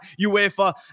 UEFA